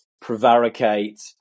prevaricate